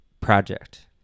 project